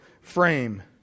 frame